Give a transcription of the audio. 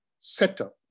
setup